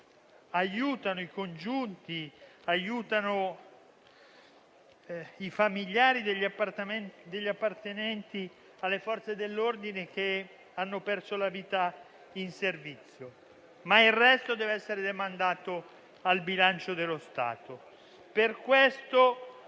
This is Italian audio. aiutano i congiunti e i familiari degli appartenenti alle Forze dell'ordine che hanno perso la vita in servizio. Ma il resto - ripeto - deve essere demandato al bilancio dello Stato. Per questo